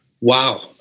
Wow